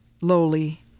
lowly